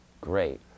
great